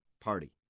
Party